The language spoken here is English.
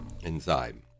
inside